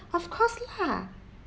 of course lah